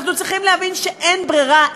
אנחנו צריכים להבין שאין ברירה,